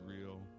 real